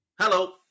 Hello